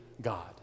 God